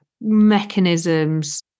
mechanisms